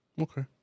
Okay